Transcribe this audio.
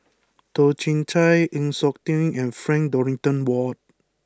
Toh Chin Chye Chng Seok Tin and Frank Dorrington Ward